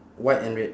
white and red